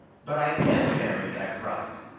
but i am married i cried.